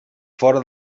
fora